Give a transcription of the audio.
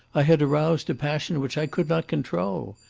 i had aroused a passion which i could not control.